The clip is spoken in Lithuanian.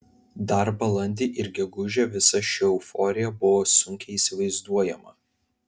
dar balandį ir gegužę visa ši euforija buvo sunkiai įsivaizduojama